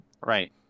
Right